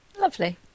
Lovely